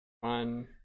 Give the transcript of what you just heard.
one